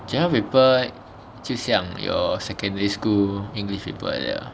general paper 就像 your secondary school english paper like that lor